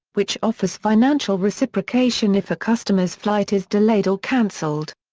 which offers financial reciprocation if a customer's flight is delayed or cancelled.